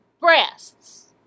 breasts